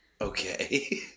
Okay